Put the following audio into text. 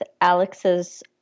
Alex's